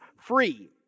free